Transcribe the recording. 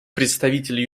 представитель